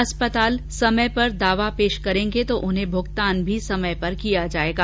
अस्पताल समय पर क्लेम पेश करेंगे तो उन्हें भुगतान भी समय पर मिलेगा